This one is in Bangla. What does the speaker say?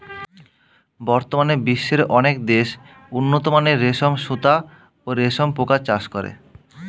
বর্তমানে বিশ্বের অনেক দেশ উন্নতমানের রেশম সুতা ও রেশম পোকার চাষ করে